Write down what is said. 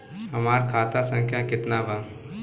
हमार खाता संख्या केतना बा?